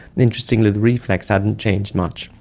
interestingly the reflex hadn't changed much.